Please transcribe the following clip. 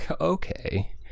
okay